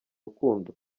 rukundo